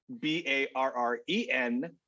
B-A-R-R-E-N